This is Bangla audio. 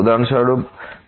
উদাহরণস্বরূপ ব্যবধান L L